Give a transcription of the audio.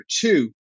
two